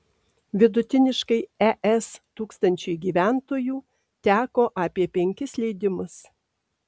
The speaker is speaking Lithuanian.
vidutiniškai es tūkstančiu gyventojų teko apie penkis leidimus